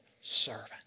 servant